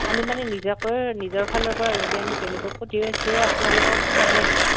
আমি মানে নিজাকৈ নিজৰ ফালৰ পৰা যদি আমি বেলেগকো দিও সেইটো আপোনালোকক কথা নাই আৰু